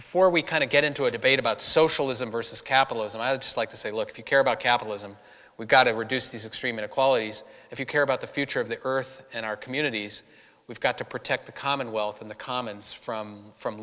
before we kind of get into a debate about socialism versus capitalism i would like to say look if you care about capitalism we've got to reduce these extreme inequalities if you care about the future of the earth and our communities we've got to protect the commonwealth in the commons from from